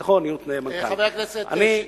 " חבר הכנסת שטרית,